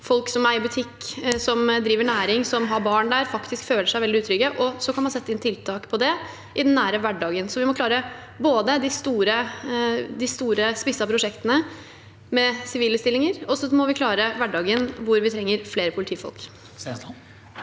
folk som eier butikk, som driver næring, og som har barn der, faktisk føler seg veldig utrygge. Så kan man sette inn tiltak på det i den nære hverdagen. Vi må klare både de store spissede prosjektene med sivile stillinger og hverdagen hvor vi trenger flere politifolk.